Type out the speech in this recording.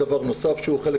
דבר נוסף שהוא חלק